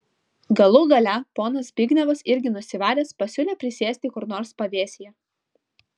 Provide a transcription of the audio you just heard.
galų gale ponas zbignevas irgi nusivaręs pasiūlė prisėsti kur nors pavėsyje